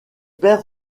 père